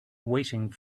waiting